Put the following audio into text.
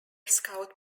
scout